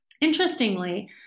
Interestingly